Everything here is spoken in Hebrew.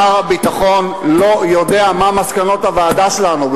שר הביטחון לא יודע מה מסקנות הוועדה שלנו.